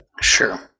Sure